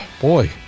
boy